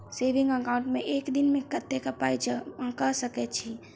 Saving account मे एक दिनमे कतेक पाई जमा कऽ सकैत छी?